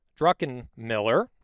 Druckenmiller